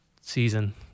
season